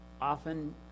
often